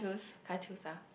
can't choose ah